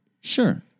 sure